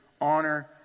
Honor